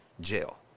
jail